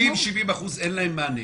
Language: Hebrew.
60%, 70% אין להם מענה.